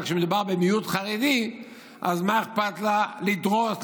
אבל כשמדובר במיעוט חרדי אז מה אכפת לה לדרוס,